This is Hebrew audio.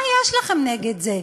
מה יש לכם נגד זה?